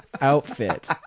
outfit